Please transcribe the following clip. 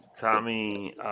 Tommy